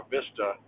Vista